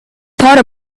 thought